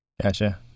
Gotcha